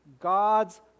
god's